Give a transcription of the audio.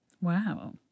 Wow